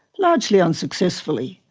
largely unsuccessfully,